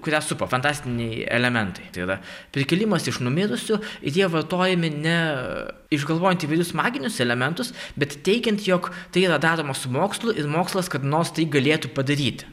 kurią supa fantastiniai elementai tai yra prikėlimas iš numirusių ir jie vartojami ne išgalvojant įvairius maginius elementus bet teigiant jog tai yra daroma su mokslu ir mokslas kada nors tai galėtų padaryti